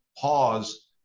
pause